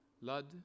Lud